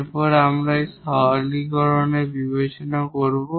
এরপরে আমরা এখন এর সাধারণীকরণ বিবেচনা করব